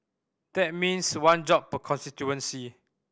that means one job per constituency